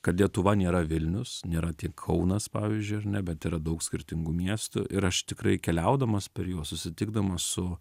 kad lietuva nėra vilnius nėra tiek kaunas pavyzdžiui ar ne bet yra daug skirtingų miestų ir aš tikrai keliaudamas per juos susitikdamas su